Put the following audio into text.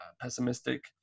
pessimistic